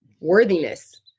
worthiness